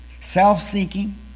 self-seeking